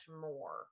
more